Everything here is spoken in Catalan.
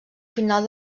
final